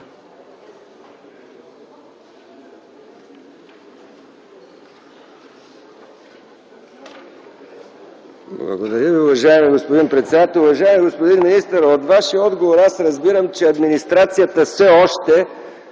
Благодаря Ви, уважаеми господин председател. Уважаеми господин министър, от Вашия отговор аз разбирам, че администрацията все още,